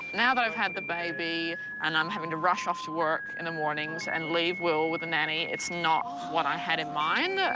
now that i've had the baby and i'm having to rush off to work in the mornings and leave will with the nanny, it's not what i had in mind.